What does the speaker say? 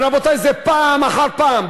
ורבותי, זה פעם אחר פעם.